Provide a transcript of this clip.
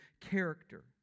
character